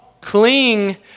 cling